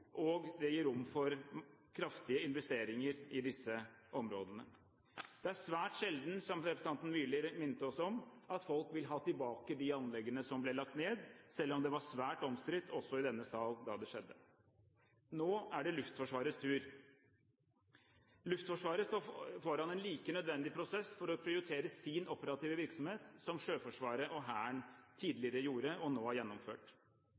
og det gir rom for kraftige investeringer i disse områdene. Det er svært sjelden – som representanten Myrli minnet oss om – at folk vil ha tilbake de anleggene som ble lagt ned, selv om det var svært omstridt også i denne sal da det skjedde. Nå er det Luftforsvarets tur. Luftforsvaret står foran en like nødvendig prosess for å prioritere sin operative virksomhet som Sjøforsvaret og Hæren tidligere gjorde – og nå har gjennomført.